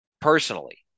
Personally